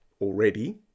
already